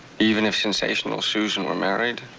even if sensational susan were married?